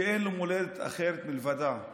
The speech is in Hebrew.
שאין לו מולדת אחרת מלבדה,